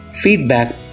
Feedback